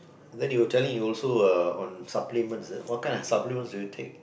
then you were telling you also uh on supplements is it what kind of supplements will you take